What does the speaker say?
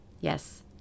Yes